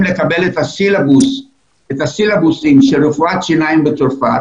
לקבל את הסילבוסים של רפואת שיניים בצרפת,